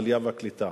העלייה והקליטה.